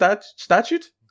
Statute